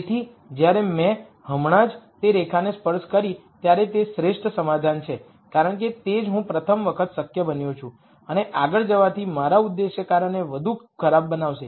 તેથી જ્યારે મેં હમણાં જ તે રેખાને સ્પર્શ કરી ત્યારે તે શ્રેષ્ઠ સોલ્યુશન છે કારણ કે તે જ હું પ્રથમ વખત શક્ય બન્યો છું અને આગળ જવાથી મારા ઉદ્દેશ્ય કાર્યને વધુ ખરાબ બનાવશે